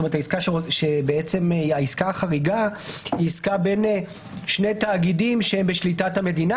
בעצם העסקה החריגה היא עסקה בין שני תאגידים שהם בשליטת המדינה,